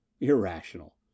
irrational